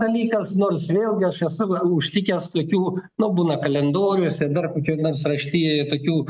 dalykas nors vėlgi aš esu užtikęs tokių nu būna kalendoriuose dar kokioj nors raštijoj tokių